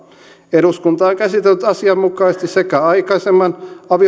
eduskunta on käsitellyt asianmukaisesti sekä aikaisemman avioliittolain